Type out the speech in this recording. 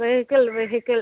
vehicle vehicle